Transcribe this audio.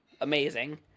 Amazing